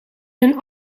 hun